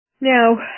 Now